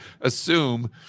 assume